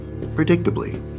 Predictably